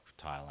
Thailand